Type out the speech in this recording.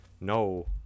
No